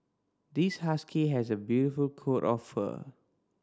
this husky has a beautiful coat of fur